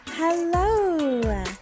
Hello